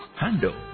handle